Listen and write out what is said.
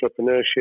entrepreneurship